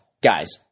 guys